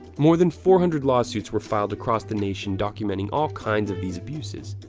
more than four hundred lawsuits were filed across the nation documenting all kinds of these abuses,